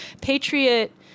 Patriot